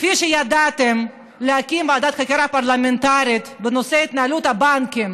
כפי שידעתם להקים ועדת חקירה פרלמנטרית בנושא התנהלות הבנקים